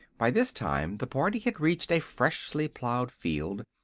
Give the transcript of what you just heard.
by this time the party had reached a freshly plowed field,